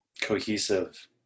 cohesive